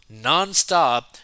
nonstop